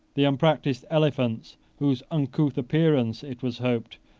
the unpractised elephants, whose uncouth appearance, it was hoped,